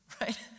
Right